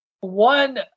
One